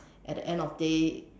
at the end of the day